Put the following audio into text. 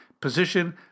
position